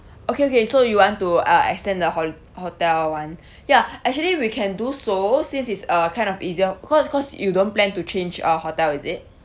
okay okay so you want to uh extend the hot~ hotel [one] ya actually we can do so since it's uh kind of easier cause cause you don't plan to change uh hotel is it